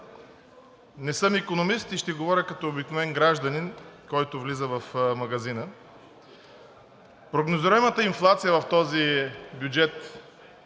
Не съм икономист и ще говоря като обикновен гражданин, който влиза в магазина. Прогнозируемата инфлация в този бюджет